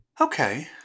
Okay